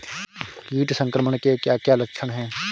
कीट संक्रमण के क्या क्या लक्षण हैं?